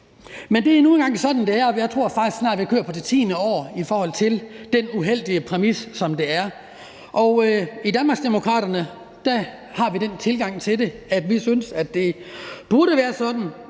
Men det er nu engang sådan, det er, og jeg tror faktisk snart, at vi kører på det tiende år i forhold til den uheldige præmis, som det er. I Danmarksdemokraterne har vi den tilgang til det, at vi synes, at det burde være sådan,